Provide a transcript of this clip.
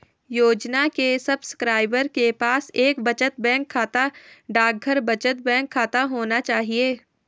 योजना के सब्सक्राइबर के पास एक बचत बैंक खाता, डाकघर बचत बैंक खाता होना चाहिए